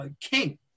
King